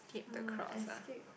!huh! escape